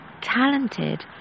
talented